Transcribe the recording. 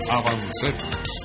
avancemos